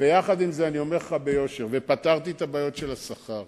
והאם יש תוכניות באוצר לפתרון הבעיה?